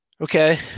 Okay